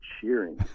cheering